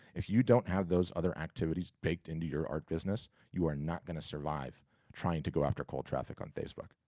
if you don't have those other activities baked into your art business, you are not gonna survive trying to go after cold traffic on facebook.